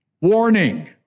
Warning